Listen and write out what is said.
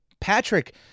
Patrick